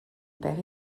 père